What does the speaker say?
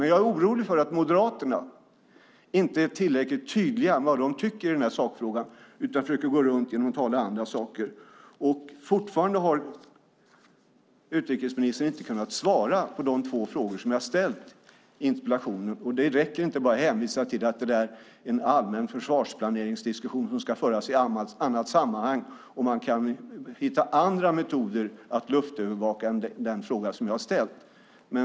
Men jag är orolig för att Moderaterna inte är tillräckligt tydliga med vad de tycker i sakfrågan utan försöker gå runt genom att tala om andra saker. Fortfarande har utrikesministern inte kunnat svara på de två frågor jag har ställt i interpellationen. Det räcker inte med att hänvisa till att det är en allmän försvarsplaneringsdiskussion som ska föras i annat sammanhang eller om att man kan hitta andra metoder för luftövervakning än den fråga jag har ställt.